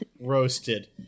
roasted